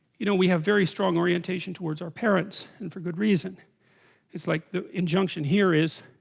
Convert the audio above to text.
you know, we have very strong orientation towards our parents and for good reason it's like the injunction here is?